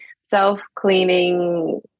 self-cleaning